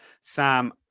Sam